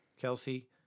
Kelsey